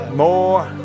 more